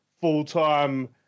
full-time